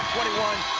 twenty one,